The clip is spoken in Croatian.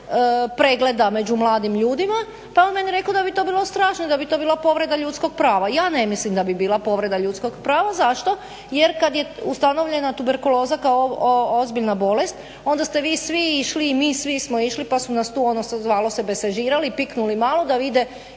pregleda među mladim ljudima, pa on je meni rekao da bi to bilo strašno, da bi to bila povreda ljudskog prava. Ja ne mislim da bi bila povreda ljudskog prava. Zašto? Jer kad je ustanovljena tuberkuloza kao ozbiljna bolest, onda ste vi svi išli, i mi svi smo išli, pa su nas tu, ono se, zvalo se besažirali, piknuli malo da vide